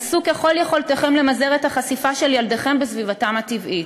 עשו ככל יכולתכם למזער את החשיפה של ילדיכם בסביבתם הטבעית.